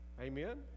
Amen